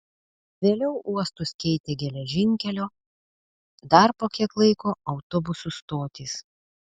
vėliau uostus keitė geležinkelio dar po kiek laiko autobusų stotys